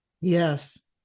Yes